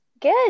Good